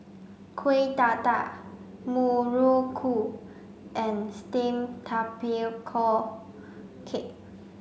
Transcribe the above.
Kuih Dadar Muruku and steamed tapioca cake